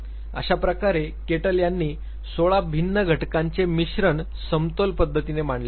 अशाप्रकारे केटल यांनी १६ भिन्न घटकांचे मिश्रण समतोल पद्धतीने मांडले आहे